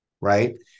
right